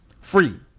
Free